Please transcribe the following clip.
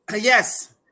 Yes